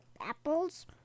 apples